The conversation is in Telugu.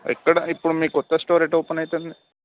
ఎక్కడ ఇప్పుడు మీ కొత్త స్టోర్ ఎట్టా ఓపెన్ అవుతోంది